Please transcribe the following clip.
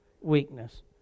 weakness